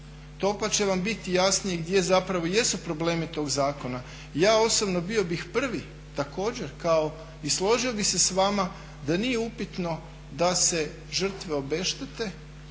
to pa će vam biti jasnije gdje zapravo jesu problemi tog zakona. I ja osobno bio bih prvi također kao i složio bih se s vama da nije upitno da se žrtve obeštete